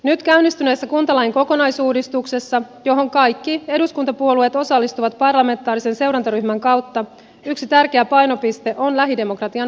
nyt käynnistyneessä kuntalain kokonaisuudistuksessa johon kaikki eduskuntapuolueet osallistuvat parlamentaarisen seurantaryhmän kautta yksi tärkeä painopiste on lähidemokratian vahvistaminen